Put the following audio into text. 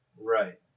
Right